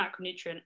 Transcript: macronutrient